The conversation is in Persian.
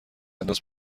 انداز